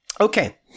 Okay